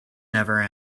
never